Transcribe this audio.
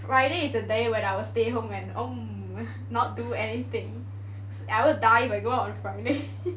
Friday is a day when I will stay home and not do anything I will die if I go out on Friday